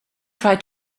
try